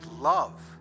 love